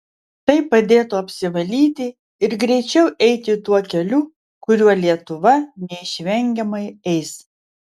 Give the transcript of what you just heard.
tai padėtų apsivalyti ir greičiau eiti tuo keliu kuriuo lietuva neišvengiamai eis